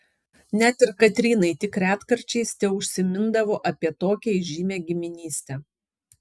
net ir katrynai tik retkarčiais teužsimindavo apie tokią įžymią giminystę